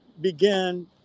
began